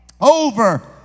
over